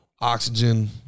oxygen